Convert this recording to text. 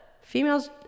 Females